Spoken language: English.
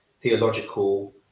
theological